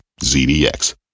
ZDX